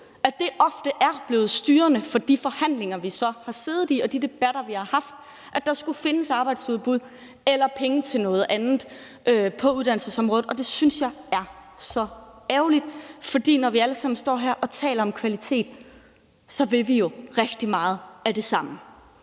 at det ofte er blevet styrende for de forhandlinger, vi så har siddet i, og de debatter, vi har haft, at der skulle findes et arbejdsudbud eller penge til noget andet på uddannelsesområdet, og det synes jeg er så ærgerligt. For vi vil jo alle sammen, når vi står her og taler om kvalitet, rigtig meget af det samme.